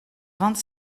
vingt